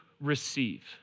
receive